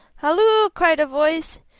halloo! cried a voice.